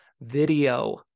video